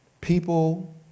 people